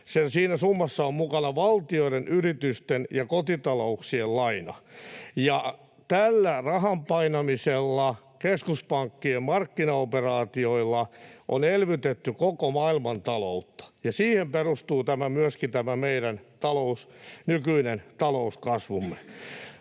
Siinä summassa on mukana valtioiden, yritysten ja kotitalouksien laina. Ja tällä rahan painamisella, keskuspankkien markkinaoperaatioilla, on elvytetty koko maailman taloutta, ja siihen perustuu tämä myöskin tämä meidän nykyinen talouskasvumme.